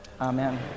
Amen